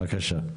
בבקשה.